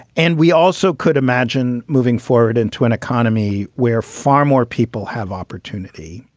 and we also could imagine moving forward into an economy where far more people have opportunity.